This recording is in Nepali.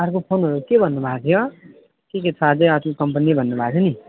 अर्को फोनहरू के भन्नुभएको थियो के के छ अझै अर्को कम्पनी भन्नुभएको थियो नि